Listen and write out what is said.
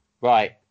right